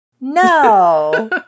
No